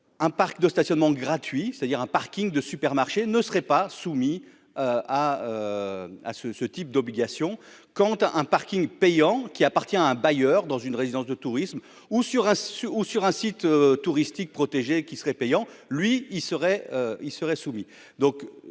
un parc de stationnement gratuit, c'est-à-dire un Parking de supermarché ne serait pas soumis à à ce ce type d'obligations quant à un Parking payant qui appartient à un bailleur dans une résidence de tourisme ou sur sur ou sur un site touristique protégé qui serait payant lui il serait il